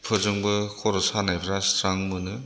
फोरजोंबो खर' सानायफोरा स्रां मोनो